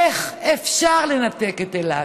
איך אפשר לנתק את אילת?